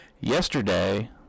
Yesterday